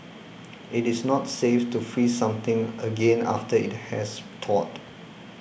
it is not safe to freeze something again after it has thawed